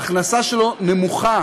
וההכנסה שלו נמוכה